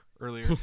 earlier